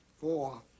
Four